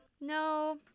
no